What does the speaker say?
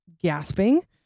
gasping